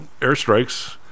airstrikes